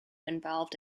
involved